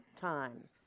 time